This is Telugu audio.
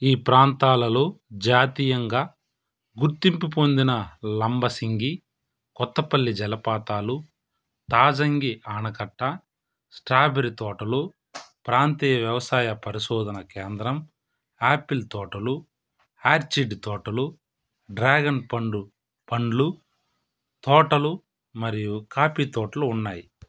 ఈ ప్రాంతాలలో జాతీయంగా గుర్తింపు పొందిన లంబసింగి కొత్తపల్లి జలపాతాలు తాజంగి ఆనకట్ట స్ట్రాబెర్రీ తోటలు ప్రాంతీయ వ్యవసాయ పరిశోధనా కేంద్రం యాపిల్ తోటలు ఆర్చిడ్ తోటలు డ్రాగన్ పండు పండ్లు తోటలు మరియు కాఫీ తోటలు ఉన్నాయి